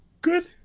Good